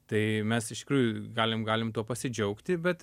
tai mes iš tikrųjų galim galim pasidžiaugti bet